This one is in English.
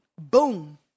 Boom